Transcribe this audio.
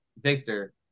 Victor